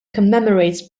commemorates